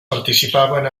participaven